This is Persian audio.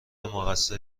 مقصر